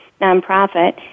nonprofit